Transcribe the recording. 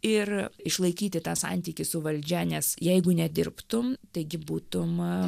ir išlaikyti tą santykį su valdžia nes jeigu nedirbtum taigi būtum